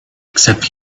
except